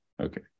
okay